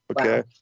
Okay